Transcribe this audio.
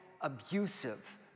abusive